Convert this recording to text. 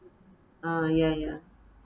ah ya ya